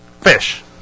fish